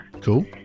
Cool